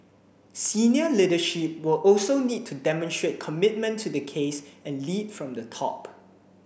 senior leadership will also need to demonstrate commitment to the case and lead from the top